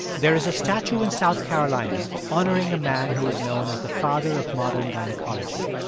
there is a statue in south carolina honoring a man who is known as the father of modern gynecology.